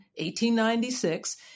1896